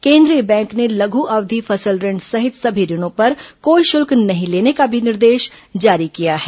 केन्द्रीय बैंक ने लघु अवधि फसल ऋण सहित सभी ऋणों पर कोई शुल्क नहीं लेने का भी निर्देश जारी किया गया है